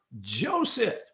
Joseph